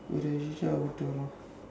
will they this one I don't know